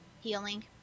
Healing